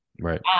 right